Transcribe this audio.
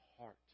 heart